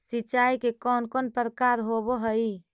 सिंचाई के कौन कौन प्रकार होव हइ?